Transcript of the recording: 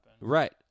Right